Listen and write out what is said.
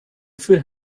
food